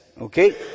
okay